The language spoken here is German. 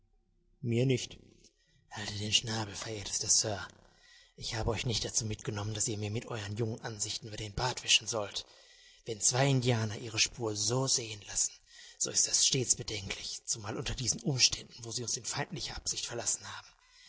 mir nicht haltet den schnabel verehrtester sir ich habe euch nicht dazu mitgenommen daß ihr mir mit euern jungen ansichten über den bart wischen sollt wenn zwei indianer ihre spur so sehen lassen so ist das stets bedenklich zumal unter diesen umständen wo sie uns in feindlicher absicht verlassen haben